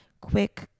quick